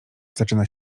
zaczyna